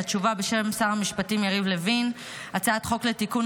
התשובה בשם שר המשפטים יריב לוין: הצעת חוק לתיקון